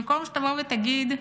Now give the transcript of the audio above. במקום שתבוא ותגיד,